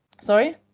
Sorry